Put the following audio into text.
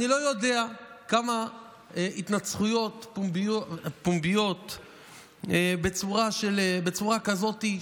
אני לא יודע כמה התנצחויות פומביות בצורה כזאת,